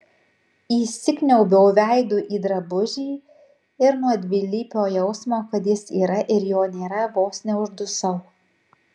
įsikniaubiau veidu į drabužį ir nuo dvilypio jausmo kad jis yra ir jo nėra vos neuždusau